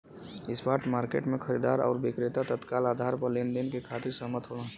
spot market में खरीदार आउर विक्रेता तत्काल आधार पर लेनदेन के खातिर सहमत होलन